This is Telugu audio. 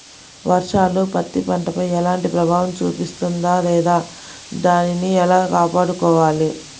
వర్షాలు పత్తి పంటపై ఎలాంటి ప్రభావం చూపిస్తుంద లేదా దానిని ఎలా కాపాడుకోవాలి?